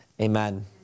Amen